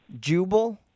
Jubal